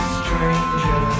stranger